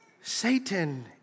Satan